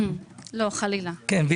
זה